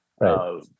Right